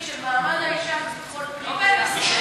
של מעמד האישה וביטחון פנים ביחד.